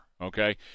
okay